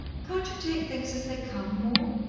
can't you take things as they come, more?